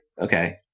okay